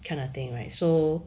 kind of thing right so